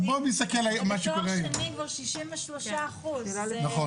בתואר שני כבר 63%. נכון.